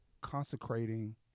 consecrating